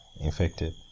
infected